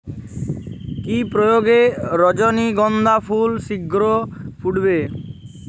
কি প্রয়োগে রজনীগন্ধা ফুল শিঘ্র ফুটবে?